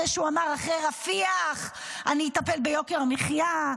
אחרי שהוא אמר: אחרי רפיח אני אטפל ביוקר המחיה.